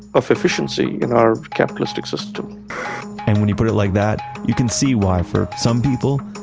efficiency in our capitalistic system and when you put it like that, you can see why for some people,